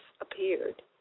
appeared